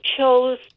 chose